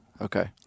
Okay